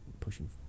pushing